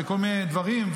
וכל מיני דברים,